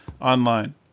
online